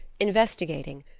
investigating,